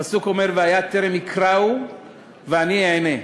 הפסוק אומר: "והיה טרם יקרָאו ואני אענה".